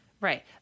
Right